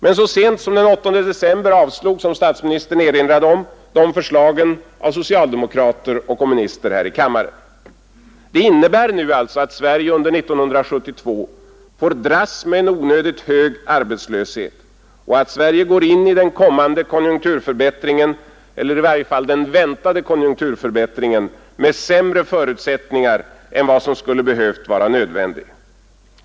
Men så sent som den 8 december avslogs — som statsministern erinrade om — de förslagen av socialdemokrater och kommunister här i kammaren. Det innebär alltså att Sverige nu under 1972 får dras med en onödigt hög arbetslöshet och att landet går in i den kommande konjunkturförbättringen — eller i varje fall den väntade konjunkturförbättringen — med sämre förutsättningar än vad som skulle behövt vara nödvändigt.